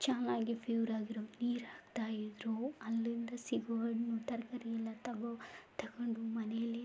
ಚೆನ್ನಾಗಿ ಪ್ಯೂರಾಗಿರೋ ನೀರು ಹಾಕ್ತಾಯಿದ್ದರು ಅಲ್ಲಿಂದ ಸಿಗುವ ಹಣ್ಣು ತರಕಾರಿನ್ನೆಲ್ಲ ತಗೋ ತಗೊಂಡು ಮನೆಯಲ್ಲೇ